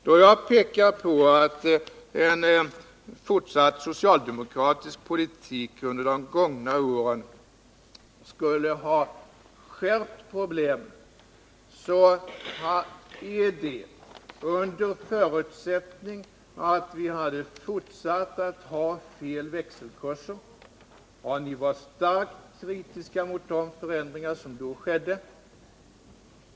När jag har framhållit att en fortsatt socialdemokratisk politik under de gångna åren skulle ha skärpt problemen är det under förutsättning att vi hade fortsatt att ha fel växelkurser. Ni har ju varit starkt kritiska till de förändringar i växelkurserna som har skett.